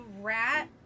rat